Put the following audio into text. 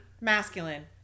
masculine